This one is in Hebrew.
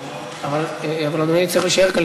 אבל אדוני צריך להישאר כאן,